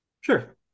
Sure